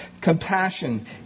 compassion